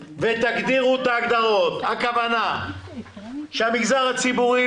בררת המחדל היא שיופחתו הימים העומדים לרשותו,